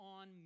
on